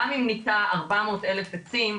גם אם ניטע 400 אלף עצים,